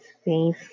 space